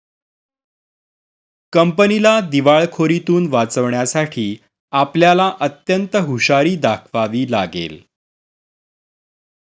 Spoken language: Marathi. कंपनीला दिवाळखोरीतुन वाचवण्यासाठी आपल्याला अत्यंत हुशारी दाखवावी लागेल